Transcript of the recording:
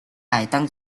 当中